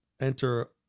enter